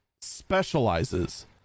specializes